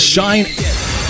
Shine